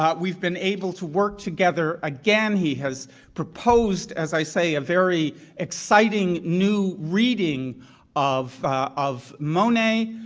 but we've been able to work together. again, he has proposed, as i say, a very exciting, new reading of of monet,